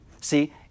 See